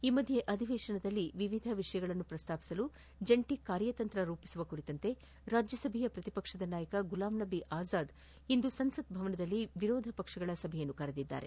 ಈ ಮಧ್ಯೆ ಅಧಿವೇಶನದಲ್ಲಿ ವಿವಿಧ ವಿಷಯಗಳನ್ನು ಪ್ರಸ್ತಾಪಿಸಲು ಜಂಟ ಕಾರ್ಯತಂತ್ರ ರೂಪಿಸುವ ಕುರಿತಂತೆ ರಾಜ್ಞಸಭೆಯ ಪ್ರತಿಪಕ್ಷದ ನಾಯಕ ಗುಲಾಂನಬಿ ಅಜಾದ್ ಇಂದು ಸಂಸತ್ ಭವನದಲ್ಲಿ ವಿರೋಧ ಪಕ್ಷಗಳ ಸಭೆ ಕರೆದಿದ್ದಾರೆ